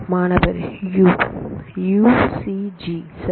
மாணவர் U U C G சரி